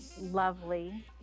lovely